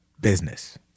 business